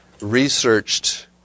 researched